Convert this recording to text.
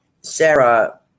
Sarah